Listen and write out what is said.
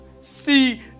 see